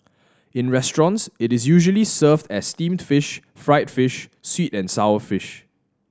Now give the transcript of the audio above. in restaurants it is usually served as steamed fish fried fish sweet and sour fish